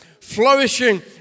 flourishing